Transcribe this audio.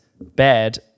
bad